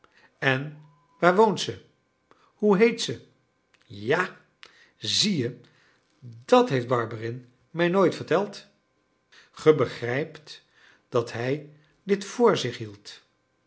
en waar woont ze hoe heet ze ja zie je dat heeft barberin mij nooit verteld ge begrijpt dat hij dit vr zich hield